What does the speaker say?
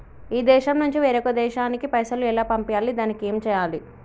ఈ దేశం నుంచి వేరొక దేశానికి పైసలు ఎలా పంపియ్యాలి? దానికి ఏం చేయాలి?